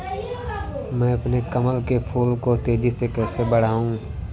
मैं अपने कमल के फूल को तेजी से कैसे बढाऊं?